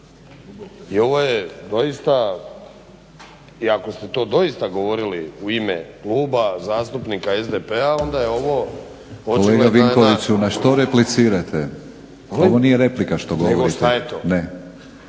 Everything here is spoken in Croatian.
I ovo je doista i ako ste to doista govorili u ime Kluba zastupnika SDP-a onda je očigledno jedna … …/Upadica Batinić: Kolega Vinkoviću na što replicirate? Ovo nije replika što govorite./…